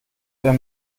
wenn